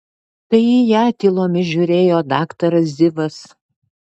tai į ją tylomis žiūrėjo daktaras zivas